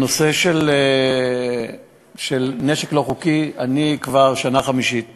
הנושא של נשק לא חוקי: אני כבר שנה חמישית בתפקיד.